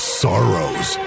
sorrows